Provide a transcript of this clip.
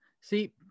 See